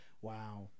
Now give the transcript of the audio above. wow